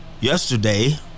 yesterday